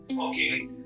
Okay